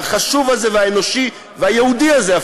החשוב הזה והאנושי והיהודי הזה,